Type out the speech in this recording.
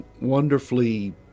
wonderfully